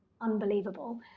unbelievable